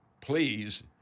please